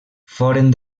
foren